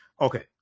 Okay